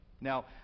Now